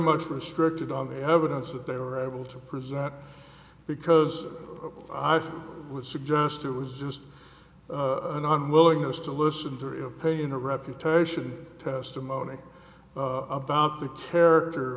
much the strictest on the evidence that they were able to present because i think would suggest it was just an unwillingness to listen to pay in a reputation testimony about the character